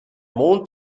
mond